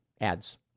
ads